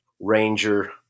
Ranger